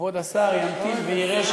כבוד השר ימתין ויראה,